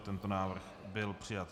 Tento návrh byl přijat.